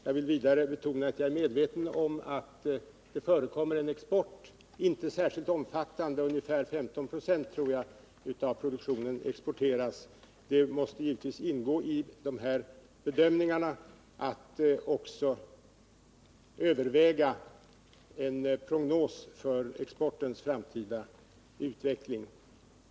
Jag vill vidare betona att jag är medveten om att det förekommer en export —- inte särskilt omfattande; ungefär 15 96 tror jag det är av produktionen som exporteras. Det måste givetvis också ingå i bedömningarna att överväga en prognos för exportens framtida utveckling.